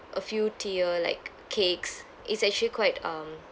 a few tier like cakes it's actually quite um